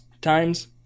times